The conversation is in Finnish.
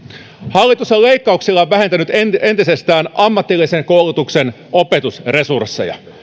hallitus on leikkauksillaan vähentänyt entisestään ammatillisen koulutuksen opetusresursseja